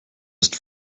ist